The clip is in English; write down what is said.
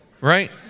right